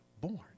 born